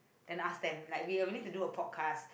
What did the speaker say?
then ask them like we are willing to do a podcast